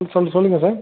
ம் சொல் சொல்லுங்கள் சார்